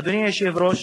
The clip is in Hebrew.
ערבים.